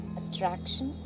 attraction